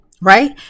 right